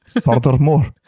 Furthermore